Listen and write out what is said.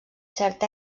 cert